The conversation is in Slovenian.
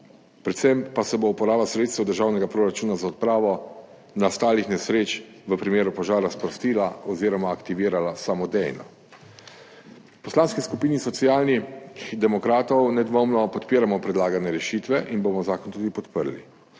predvsem pa se bo uporaba sredstev državnega proračuna za odpravo nastalih nesreč v primeru požara sprostila oziroma aktivirala samodejno. V Poslanski skupini Socialnih demokratov nedvomno podpiramo predlagane rešitve in bomo zakon tudi podprli.